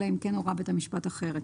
אלא אם כן הורה בית המשפט אחרת.